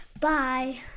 bye